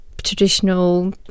traditional